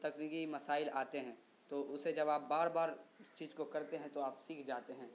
تو تکنیکی مسائل آتے ہیں تو اسے جب آپ بار بار اس چیز کو کرتے ہیں تو آپ سیکھ جاتے ہیں